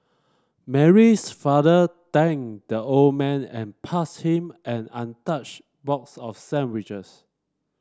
Mary's father thanked the old man and passed him an untouched box of sandwiches